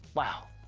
wow,